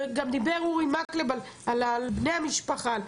גם דיבר אורי מקלב על בני המשפחה.